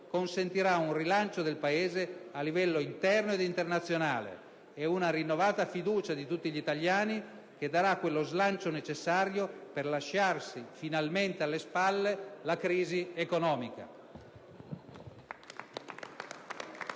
consentirà un rilancio del Paese a livello interno ed internazionale ed una rinnovata fiducia di tutti gli italiani, dando quello slancio necessario per lasciarsi finalmente alle spalle la crisi economica.